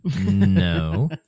No